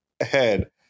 ahead